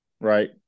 right